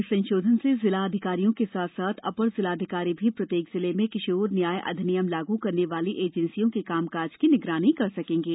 इस संशोधन से जिलाधिकारियों के साथ साथ अपर जिलाधिकारी भी प्रत्येक जिले में किशोर न्याय अधिनियम लागू करने वाली एजेंसियों के कामकाज की निगरानी कर सकेंगे